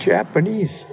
Japanese